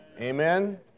Amen